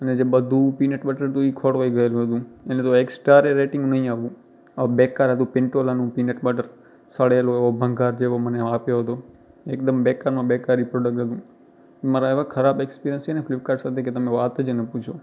અને જે બધું પીનટ બટર હતું એ ખોરવાઈ ગયેલું હતું એને એક સ્ટારેય રેટિંગ નહીં આપું સાવ બેકાર હતું પિંટોલાનું પીનટ બટર સડેલો ભંગાર જેવો મને આપ્યો હતો એકદમ બેકારમાં બેકાર એ પ્રોડક્ટ હતું મારા એવા ખરાબ ઍક્સપિરિયન્સ છે ને ફ્લીપકાર્ટ સાથે કે તમને વાત જ ના પૂછો